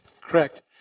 Correct